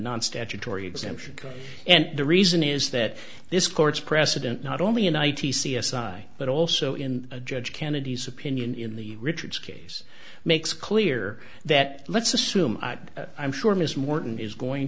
non statutory exemption and the reason is that this court's precedent not only in i t c s i but also in a judge kennedy's opinion in the richard's case makes clear that let's assume i'm sure miss morton is going